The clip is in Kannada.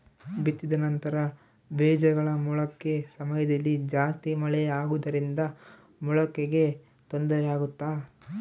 ಬಿತ್ತಿದ ನಂತರ ಬೇಜಗಳ ಮೊಳಕೆ ಸಮಯದಲ್ಲಿ ಜಾಸ್ತಿ ಮಳೆ ಆಗುವುದರಿಂದ ಮೊಳಕೆಗೆ ತೊಂದರೆ ಆಗುತ್ತಾ?